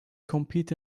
compete